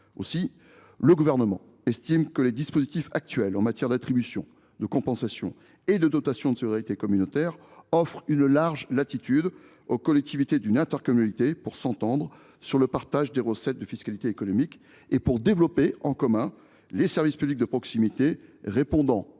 Le Gouvernement estime que les dispositifs actuels – attribution de compensation et dotation de solidarité communautaire – offrent une large latitude aux collectivités membres d’une intercommunalité pour s’entendre sur le partage des recettes de fiscalité économique et pour développer en commun les services publics de proximité répondant aux besoins de leur